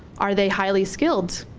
are they highly-skilled?